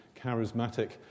charismatic